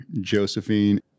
Josephine